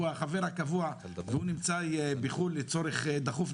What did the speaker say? שהוא החבר הקבוע בוועדה והוא נמצא בחו"ל לצורך דחוף,